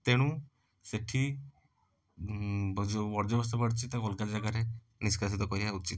ତେଣୁ ସେଇଠି ଯେଉଁ ବର୍ଜ୍ୟବସ୍ତୁ ବାହାରୁଛି ତାକୁ ଅଲଗା ଜାଗାରେ ନିଷ୍କାସିତ କରିବା ଉଚିତ